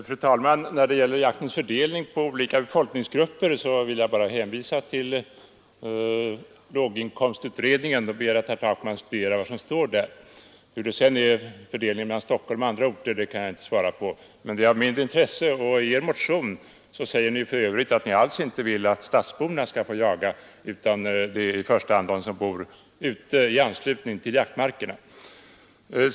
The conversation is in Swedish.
Fru talman! När det gäller fördelningen på olika befolkningsgrupper vill jag bara hänvisa till låginkomstutredningen och ber att herr Takman studerar vad som står där. Hur det sedan förhåller sig med fördelningen mellan Stockholm och andra orter kan jag inte svara på, men det är av mindre intresse. I er motion säger ni för övrigt att ni alls inte vill att stadsborna skall få jaga utan det är i första hand de som bor intill jaktmarkerna som skall få göra det.